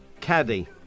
Caddy